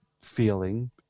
feeling